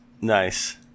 Nice